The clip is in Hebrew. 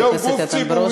זה גוף ציבורי,